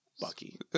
Bucky